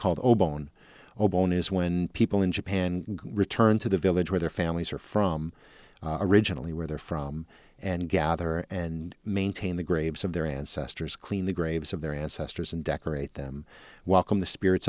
called obama on obama is when people in japan return to the village where their families are from originally where they're from and gather and maintain the graves of their ancestors clean the graves of their ancestors and decorate them welcome the spirits